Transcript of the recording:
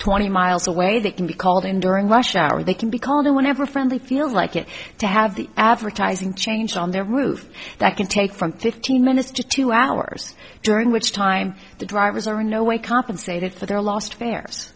twenty miles away that can be called in during rush hour they can be called in whenever a friend feels like it to have the advertising change on their roof that can take from fifteen minutes to two hours during which time the drivers are in no way compensated for their lost fa